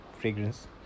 fragrance